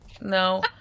No